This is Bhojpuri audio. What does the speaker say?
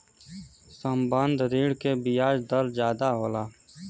संबंद्ध ऋण के बियाज दर जादा होला